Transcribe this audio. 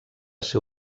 ser